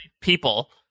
people